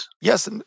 Yes